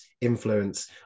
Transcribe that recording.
influence